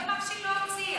מי אמר שהיא לא הוציאה?